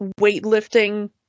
weightlifting